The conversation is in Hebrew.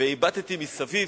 והבטתי מסביב,